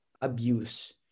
abuse